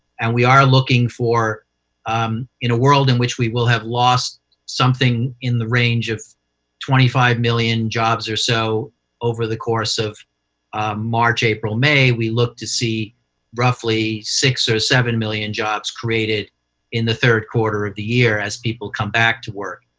and we are looking for in a world in which we will have lost something in the range of twenty five million jobs or so over the course of march, april, may, we look to see roughly six or seven million jobs created in the third quarter of the year as people come back to work.